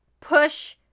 push